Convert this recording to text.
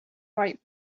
right